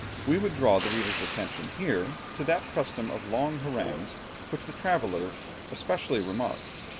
we would draw the reader's attention here, to that custom of long harangues which the traveller especially remarks,